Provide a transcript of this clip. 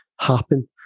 happen